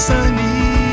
Sunny